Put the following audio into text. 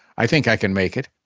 i think i can make it.